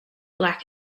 black